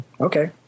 okay